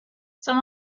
some